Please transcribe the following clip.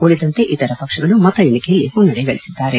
ಉಳಿದಂತೆ ಇತರೆ ಪಕ್ಷಗಳು ಮತ ಎಣಿಕೆಯಲ್ಲಿ ಮುನ್ನಡೆ ಗಳಿಸಿದ್ದಾರೆ